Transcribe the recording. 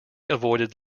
avoided